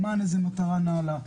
למען איזושהי מטרה נעלה.